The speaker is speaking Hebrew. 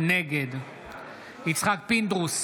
נגד יצחק פינדרוס,